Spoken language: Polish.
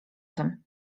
tym